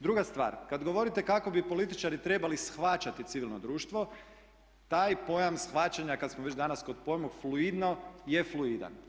Druga stvar, kad govorite kako bi političari trebali shvaćati civilno društvo, taj pojam shvaćanja kad smo već danas kod pojma fluidno, je fluidan.